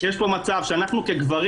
יש פה מצב שאנחנו כגברים